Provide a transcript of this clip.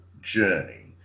journey